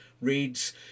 reads